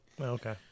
Okay